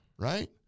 Right